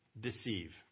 deceive